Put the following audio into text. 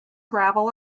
gravel